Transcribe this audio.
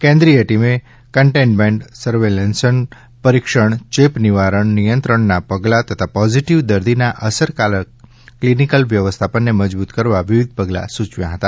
કેન્દ્રિય ટીમે containment surveillance પરીક્ષણ ચેપ નિવારણ નિયંત્રણના પગલા તથા પોઝીટીવ દર્દીના અસરકારક ક્લીનીકલ વ્યવસ્થાપનને મજબૂત કરવા વિવિધ પગલા સૂચવ્યા હતા